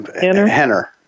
Henner